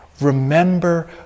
Remember